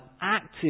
active